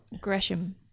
Gresham